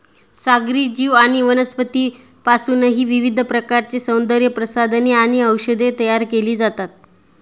सागरी जीव आणि वनस्पतींपासूनही विविध प्रकारची सौंदर्यप्रसाधने आणि औषधे तयार केली जातात